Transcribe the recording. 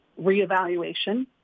reevaluation